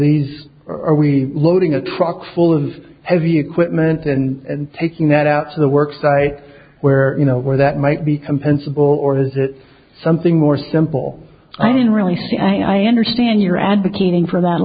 these are we loading a truck full of heavy equipment and taking that out to the work site where you know where that might be compensable or is it something more simple i mean really say i understand you're advocating for th